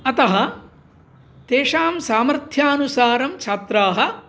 अतः तेषां सामर्थ्यानुसारं छात्राः